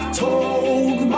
told